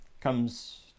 comes